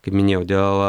kaip minėjau dėl